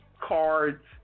cards